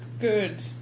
good